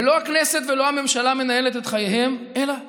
ולא הכנסת ולא הממשלה מנהלות את חייהם אלא פקידים.